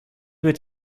wird